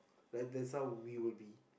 like that's how we will be